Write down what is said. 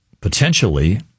potentially